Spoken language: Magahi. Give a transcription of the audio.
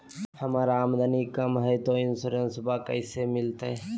हमर आमदनी कम हय, तो इंसोरेंसबा कैसे मिलते?